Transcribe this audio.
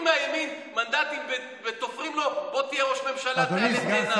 מהימין מנדטים ותופרים לו: בוא תהיה ראש ממשלה כעלה תאנה.